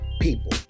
people